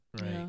Right